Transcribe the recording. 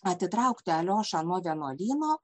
atitraukti aliošą nuo vienuolyno